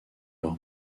leur